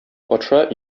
патша